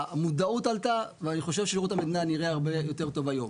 המודעות עלתה ואני חושב ששירות המדינה נראה הרבה יותר טוב היום.